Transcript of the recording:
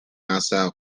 nassau